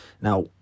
Now